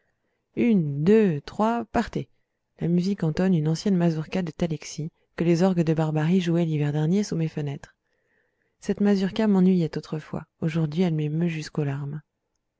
une deux trois partez la musique entonne une ancienne mazurka de talexy que les orgues de barbarie jouaient l'hiver dernier sous mes fenêtres cette mazurka m'ennuyait autrefois aujourd'hui elle m'émeut jusqu'aux larmes